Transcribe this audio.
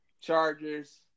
Chargers